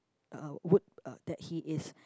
uh wood uh that he is